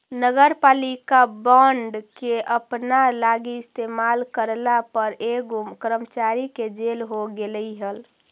नगरपालिका बॉन्ड के अपना लागी इस्तेमाल करला पर एगो कर्मचारी के जेल हो गेलई हल